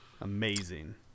Amazing